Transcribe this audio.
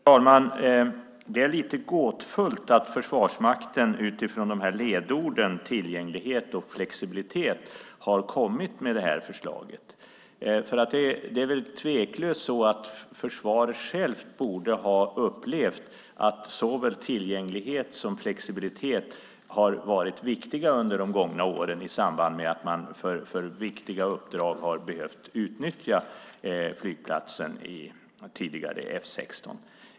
Fru talman! Det är lite gåtfullt att Försvarsmakten utifrån ledorden tillgänglighet och flexibilitet har kommit med det här förslaget. Det är väl tveklöst så att försvaret självt borde ha upplevt att såväl tillgänglighet som flexibilitet har varit viktiga under de gångna åren i samband med att man för viktiga uppdrag har behövt utnyttja flygplatsen vid tidigare F 16.